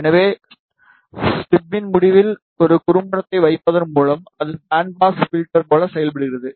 எனவே ஸ்டபின் முடிவில் ஒரு குறும்படத்தை வைப்பதன் மூலம் அது பேண்ட் பாஸ் பில்டர் போல செயல்படுகிறது